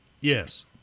Yes